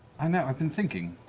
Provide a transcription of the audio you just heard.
i know. i've been thinking,